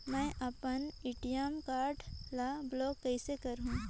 मै अपन ATM card ल ब्लाक कइसे करहूं?